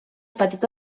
petita